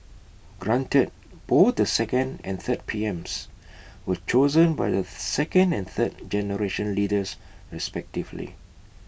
granted both the second and third PMs were chosen by the second and third generation leaders respectively